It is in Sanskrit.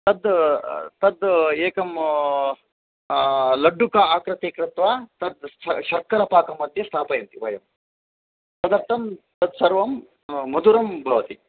तद् तद् एकं लड्डुकस्य आकृतिं कृत्वा तद् शर्करापाकम्मध्ये स्थापयन्ति वयं तदर्थं तत्सर्वं मधुरं भवति